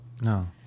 No